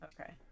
Okay